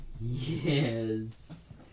Yes